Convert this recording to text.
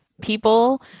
people